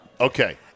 Okay